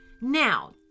Now